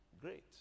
great